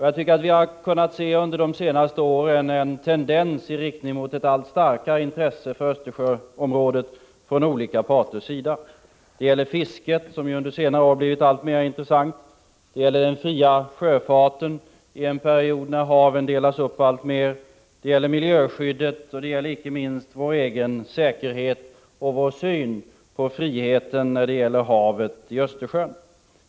Jag tycker att vi under de senaste åren har kunnat märka en tendens till ett allt starkare intresse för Östersjöområdet från olika parters sida. Det gäller fisket, som ju under senare år har blivit alltmer intressant. Det gäller den fria sjöfarten under en period då haven delas upp alltmer. Det gäller miljöskyddet och inte minst vår egen säkerhet och vår syn på friheten beträffande Östersjön.